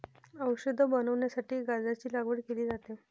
औषध बनवण्यासाठी गांजाची लागवड केली जाते